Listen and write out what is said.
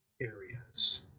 areas